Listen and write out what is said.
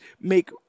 make